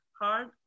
hard